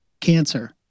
cancer